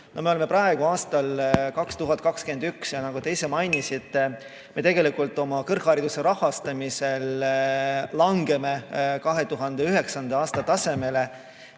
Me oleme praegu aastas 2021, ja nagu te ise mainisite, me tegelikult langeme oma kõrghariduse rahastamisel 2009. aasta tasemele.